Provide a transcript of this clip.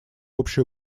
общую